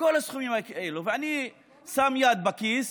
כל הסכומים האלה, ואני שם יד בכיס